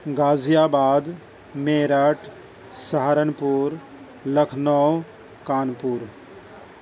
غازی آباد میرٹھ سہارنپورلکھنؤ کانپور